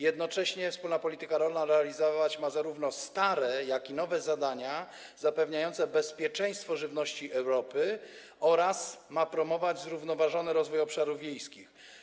Jednocześnie wspólna polityka rolna ma realizować zarówno stare, jak i nowe zadania zapewniające bezpieczeństwo żywności Europy oraz promować zrównoważony rozwój obszarów wiejskich.